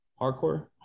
hardcore